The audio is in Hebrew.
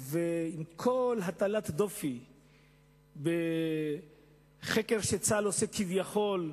וכל הטלת דופי בחקר שצה"ל עושה כביכול,